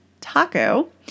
taco